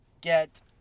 get